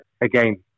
again